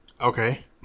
Okay